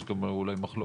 יש גם אולי מחלוקת,